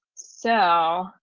so,